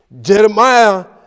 Jeremiah